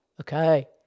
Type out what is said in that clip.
Okay